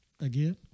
Again